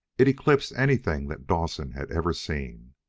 it eclipsed anything that dawson had ever seen.